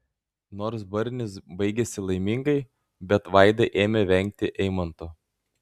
nors barnis baigėsi laimingai bet vaida ėmė vengti eimanto